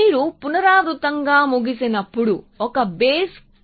మీరు పునరావృతంగా ముగిసినప్పుడు ఒక బేస్ క్లాజ్